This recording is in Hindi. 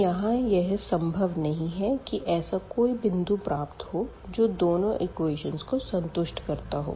तो यहाँ यह संभव नहीं है कि ऐसा कोई बिंदु प्राप्त हो जो दोनों एक्वेशन्स को संतुष्ट करता हो